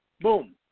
boom